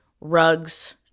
rugs